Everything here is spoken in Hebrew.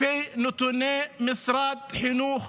לפי נתוני משרד החינוך,